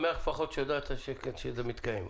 אני שמח לפחות שהודעת שזה מתקיים.